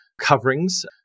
coverings